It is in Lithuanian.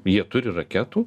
jie turi raketų